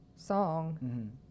Song